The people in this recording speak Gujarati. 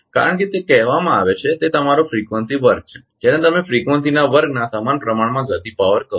કારણ કે તે કહેવામાં આવે છે તે તમારો ફ્રીક્વન્સી વર્ગ છે જેને તમે ફ્રીકવંસીના વર્ગના સમાન પ્રમાણમાં ગતિપાવર કહો છો